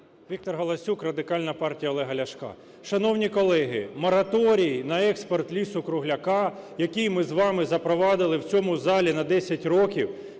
Віктор Галасюк, Радикальна партія Олега Ляшка. Шановні колеги, мораторій на експорт лісу-кругляка, який ми з вами запровадили в цьому залі на 10 років,